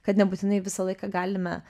kad nebūtinai visą laiką galime